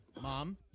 Mom